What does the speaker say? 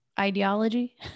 ideology